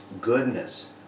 goodness